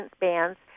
bands